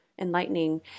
enlightening